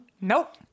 Nope